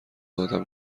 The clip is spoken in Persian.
آدم